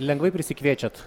lengvai prisikviečiat